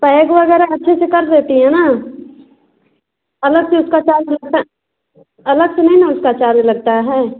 pack वगैरह अच्छे से कर देती हैं ना अलग से उसका चार्ज लगता अलग से नहीं ना उसका चार्ज लगता है